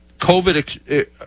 COVID